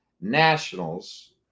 nationals